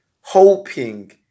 hoping